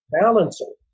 Balancing